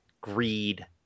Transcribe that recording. greed